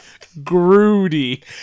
Groody